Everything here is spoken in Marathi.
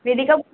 वेदिका ब